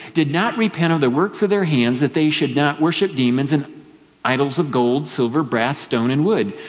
did not repent of the works of their hands, that they should not worship demons, and idols of gold, silver, brass, stone, and wood,